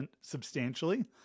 substantially